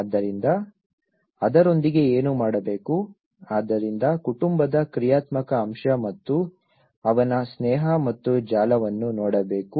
ಆದ್ದರಿಂದ ಅದರೊಂದಿಗೆ ಏನು ಮಾಡಬೇಕು ಆದ್ದರಿಂದ ಕುಟುಂಬದ ಕ್ರಿಯಾತ್ಮಕ ಅಂಶ ಮತ್ತು ಅವನ ಸ್ನೇಹ ಮತ್ತು ಜಾಲವನ್ನು ನೋಡಬೇಕು